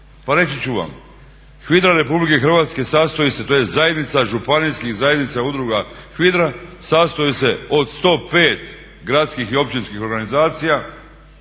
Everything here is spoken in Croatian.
Pa reći ću vam, HVIDRA Republike Hrvatske sastoji se, to je zajednica županijskih i zajednica udruga HVIDRA sastoji se od 105 gradskih i općinskih organizacija